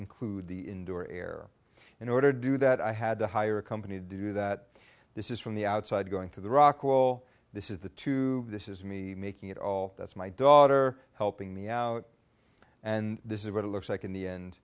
include the indoor air in order to do that i had to hire a company to do that this is from the outside going to the rock wall this is the two this is me making it all that's my daughter helping me out and this is what it looks like in the end